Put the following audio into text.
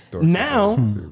Now